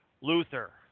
Luther